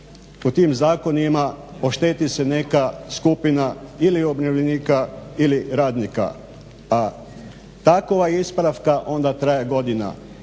u tim zakonima ošteti se neka skupina ili umirovljenika ili radnika. A takva ispravka traje godinama.